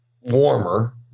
warmer